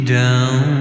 down